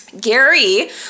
Gary